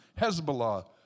Hezbollah